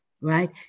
right